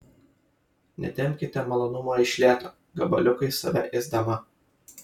netempkite malonumo iš lėto gabaliukais save ėsdama